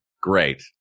Great